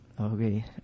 Okay